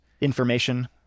information